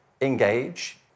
engage